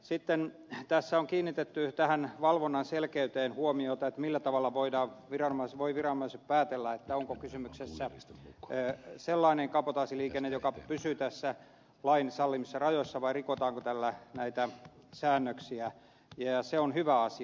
sitten tässä on kiinnitetty tähän valvonnan selkeyteen huomiota siihen millä tavalla voivat viranomaiset päätellä onko kysymyksessä sellainen kabotaasiliikenne joka pysyy näissä lain sallimissa rajoissa vai rikotaanko tällä näitä säännöksiä ja se on hyvä asia